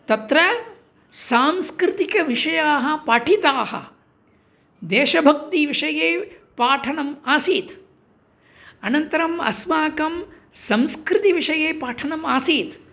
तत्र सांस्कृतिकविषयाः पाठिताः देशभक्तिविषये पाठनम् आसीत् अनन्तरम् अस्माकं संस्कृतिविषये पाठनम् आसीत्